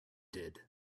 did